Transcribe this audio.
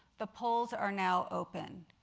the polls are now open.